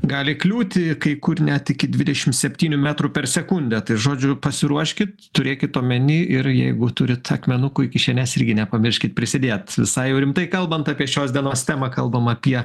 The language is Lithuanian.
gali kliūti kai kur net iki dvidešim septynių metrų per sekundę tai žodžiu pasiruoškit turėkit omeny ir jeigu turit akmenukų į kišenes irgi nepamirškit prisidėt visai jau rimtai kalbant apie šios dienos temą kalbam apie